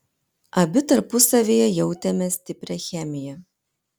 abi tarpusavyje jautėme stiprią chemiją